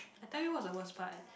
I tell you what's the worst part